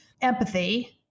empathy